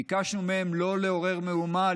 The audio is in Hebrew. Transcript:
ביקשנו מהן לא לעורר מהומה,